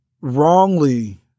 wrongly